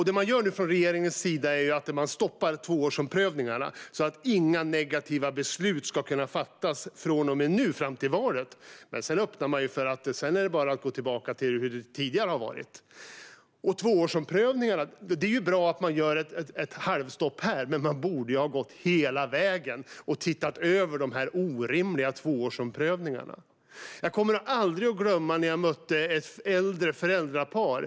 Det man nu gör från regeringens sida är att man stoppar tvåårsomprövningarna så att inga negativa beslut ska kunna fattas från och med nu fram till valet. Men sedan öppnar man för att det bara är att gå tillbaka till hur det tidigare har varit. Det är bra att man gör ett halvstopp här, men man borde ha gått hela vägen och tittat över de orimliga tvåårsomprövningarna. Jag kommer aldrig att glömma när jag mötte ett äldre föräldrapar.